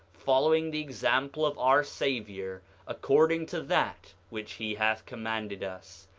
following the example of our savior, according to that which he hath commanded us,